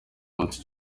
munsi